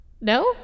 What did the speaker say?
No